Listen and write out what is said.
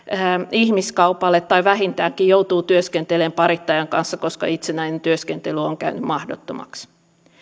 ihmiskaupalle tai vähintäänkin joutuu työskentelemään parittajan kanssa koska itsenäinen työskentely on käynyt mahdottomaksi